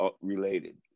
related